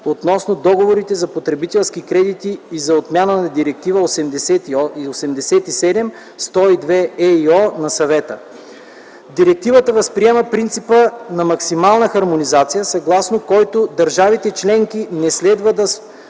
относно договорите за потребителски кредити и за отмяна на Директива 87/102/ЕИО на Съвета. Директивата възприема принципа на максимална хармонизация, съгласно който държавите членки не следва да